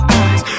eyes